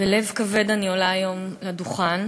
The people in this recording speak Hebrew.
בלב כבד אני עולה היום לדוכן,